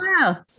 wow